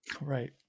Right